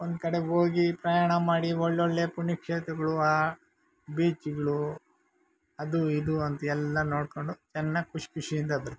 ಒಂದು ಕಡೆ ಹೋಗಿ ಪ್ರಯಾಣ ಮಾಡಿ ಒಳ್ಳೊಳ್ಳೆಯ ಪುಣ್ಯಕ್ಷೇತ್ರಗಳು ಆ ಬೀಚ್ಗಳು ಅದು ಇದು ಅಂತೆಲ್ಲ ನೋಡಿಕೊಂಡು ಚೆನ್ನಾಗಿ ಖುಷಿಖುಷಿಯಿಂದ ಬರ್ತೀವಿ